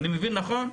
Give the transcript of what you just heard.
אני מבין נכון?